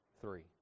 three